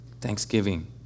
thanksgiving